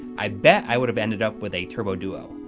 i bet i would have ended up with a turbo duo.